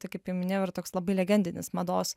tai kaip jau minėjau yra toks labai legendinis mados